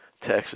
Texas